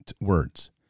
words